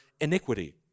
iniquity